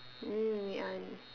mm ngee ann